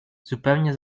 zupełnie